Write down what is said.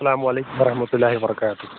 اسلام علیکم ورحمَتُہ اللہِ وَبَرکاتہ